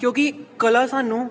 ਕਿਉਂਕਿ ਕਲਾ ਸਾਨੂੰ